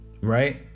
Right